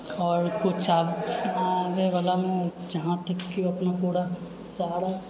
आओर किछु आब आबए वालामे जहाँ तक कि अपना पूरा सारा